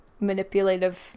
manipulative